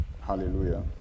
Hallelujah